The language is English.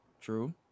true